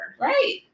Right